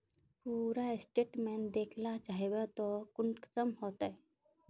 पूरा स्टेटमेंट देखला चाहबे तो कुंसम होते?